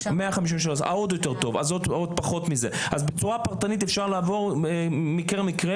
אז בצורה פרטנית אפשר לעבור מקרה מקרה